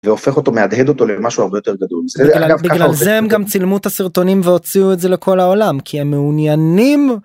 ‫והופך אותו, מהדהד אותו ‫למשהו הרבה יותר גדול. זה אגב, ‫בגלל זה הם גם צילמו את הסרטונים ‫והוציאו את זה לכל העולם, ‫כי המעוניינים...